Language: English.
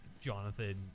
Jonathan